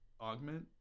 augment